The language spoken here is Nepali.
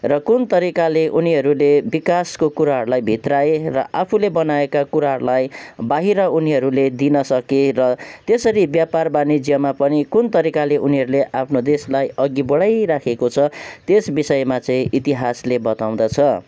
र कुन तरिकाले उनीहरूले विकासको कुराहरूलाई भित्र्याए र आफूले बनाएका कुराहरूलाई बाहिर उनीहरूले दिनसके र त्यसरी व्यापार वाणिज्यमा पनि कुन तरिकाले उनीहरूले आफ्नो देशलाई अघि बढाइरहेको छ त्यस विषयमा चाहिँ इतिहासले बताउँदछ